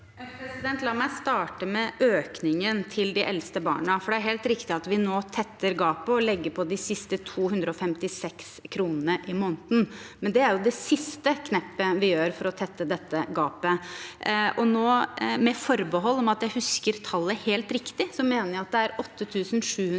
La meg starte med øk- ningen til de eldste barna, for det er helt riktig at vi nå tetter gapet og legger på de siste 256 kr i måneden. Det er det siste knepet vi gjør for å tette dette gapet, og med forbehold om at jeg husker tallet helt riktig: Jeg mener